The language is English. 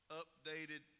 updated